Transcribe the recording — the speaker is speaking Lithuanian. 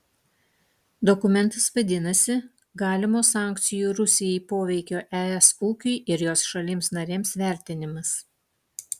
dokumentas vadinasi galimo sankcijų rusijai poveikio es ūkiui ir jos šalims narėms vertinimas